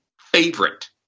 favorite